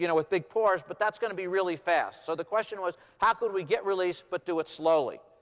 you know with big pores. but that's going to be really fast. so the question was, how could we get release, but do it slowly?